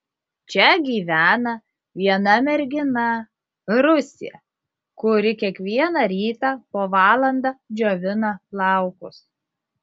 čia gyvena viena mergina rusė kuri kiekvieną rytą po valandą džiovina plaukus